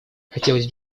хотелось